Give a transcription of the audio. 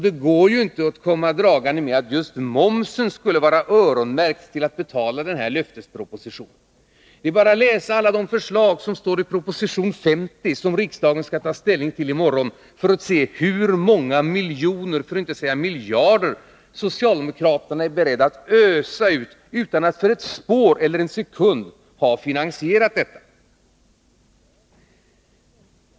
Det går ju inte att komma dragande med att just momsen skulle vara öronmärkt till att betala denna löftesproposition. Det är bara att läsa alla de förslag som står i proposition nr 50, som riksdagen skall ta ställning till i morgon, för att se hur många miljoner för att inte säga miljarder socialdemokraterna är beredda att ösa ut utan att de för en sekund har försökt finansiera detta.